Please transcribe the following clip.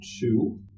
two